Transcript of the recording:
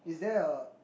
is there a